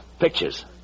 Pictures